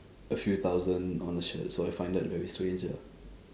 a few thousand on the shirt so I find that very strange ah